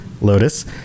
lotus